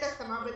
ההתאמה בקצה.